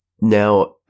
now